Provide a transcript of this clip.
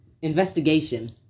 Investigation